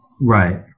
Right